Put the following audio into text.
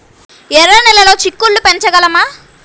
ఎర్ర నెలలో చిక్కుళ్ళు పెంచగలమా?